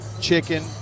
chicken